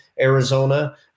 Arizona